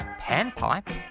Panpipe